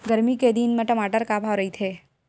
गरमी के दिन म टमाटर का भाव रहिथे?